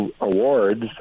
awards